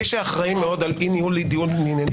מי שאחראי מאוד על אי-ניהול דיון ענייני תופס מיקרופון.